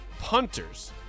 punters